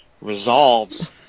resolves